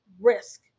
risk